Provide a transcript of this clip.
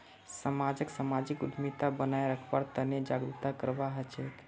समाजक सामाजिक उद्यमिता बनाए रखवार तने जागरूकता करवा हछेक